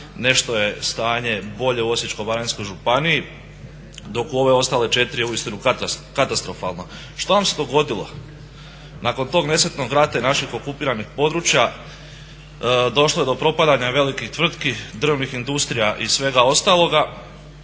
Nešto je stanje bolje u Osječko-baranjskoj županiji dok u ove ostale četiri je uistinu katastrofalno. Šta vam se dogodilo? Nakon tog nesretnog rata i naših okupiranih područja došlo je do propadanja velikih tvrtki, drvnih industrija i svega ostaloga.